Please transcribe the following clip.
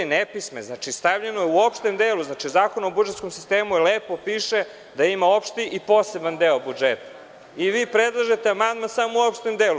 Stavljeno je u opštem delu, u Zakonu o budžetskom sistemu lepo piše da ima opšti i poseban deo budžeta i vi predlažete amandman samo u opštem delu.